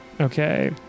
Okay